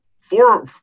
four –